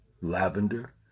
lavender